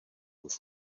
with